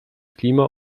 klima